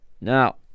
Now